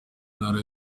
ntara